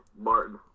Martin